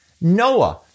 Noah